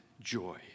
joy